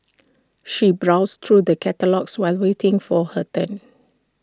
she browsed through the catalogues while waiting for her turn